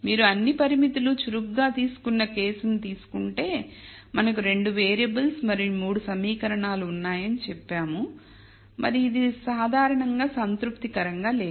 మీరు అన్ని పరిమితులు చురుకుగా తీసుకున్న కేసును మీరు తీసుకుంటే మనకు 2 వేరియబుల్స్ మరియు 3 సమీకరణాలు ఉన్నాయని చెప్పాము మరియు ఇది సాధారణంగా సంతృప్తికరంగా లేదు